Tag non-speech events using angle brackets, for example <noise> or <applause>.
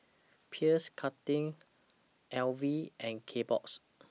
<noise> Pierre Cardin L V and Kbox